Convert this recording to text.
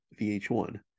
vh1